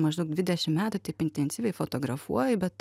maždaug dvidešim metų taip intensyviai fotografuoju bet